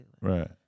right